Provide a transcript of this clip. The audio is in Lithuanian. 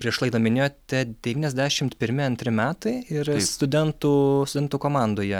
prieš laidą minėjote devyniasdešimt pirmi antri metai ir studentų studentų komandoje